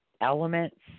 elements